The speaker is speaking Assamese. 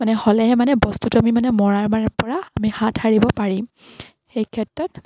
মানে হ'লেহে মানে বস্তুটো আমি মানে মৰাৰ পৰা আমি হাত সাৰিব পাৰিম সেই ক্ষেত্ৰত